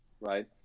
right